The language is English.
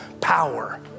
power